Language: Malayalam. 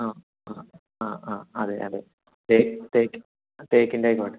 ആ ആ ആ ആ അതെ അതെ തേക്ക് തേക്ക് തേക്കിൻ്റെ ആയിക്കോട്ടെ